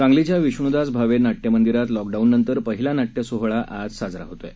सांगलीच्या विष्णुदास भावे नाट्य मंदिरात लॉकडाऊननंतर पहिला नाट्यसोहळा आज साजरा होत आहे